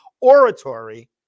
oratory